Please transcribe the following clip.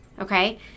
Okay